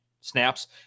snaps